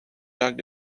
jacques